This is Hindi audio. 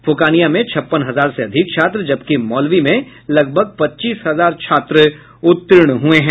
फोकानिया में छप्पन हजार से अधिक छात्र जबकि मौलवी में लगभग पच्चीस हजार छात्र उत्तीर्ण हुए हैं